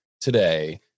today